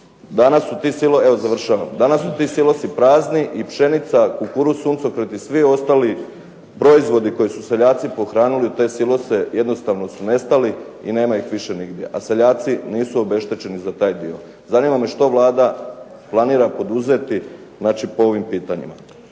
Danas su ti silosi prazni i pšenica, kukuruz i suncokret i svi ostali proizvodi koje su seljaci pohranili u te silose jednostavno su nestali i nema ih više nigdje. A seljaci nisu obeštećeni za taj dio. Zanima me što Vlada planira poduzeti po ovim pitanjima?